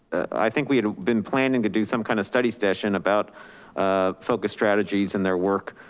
i think we had been planning to do some kind of study session about ah focused strategies and their work.